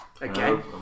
again